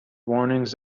warnings